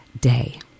day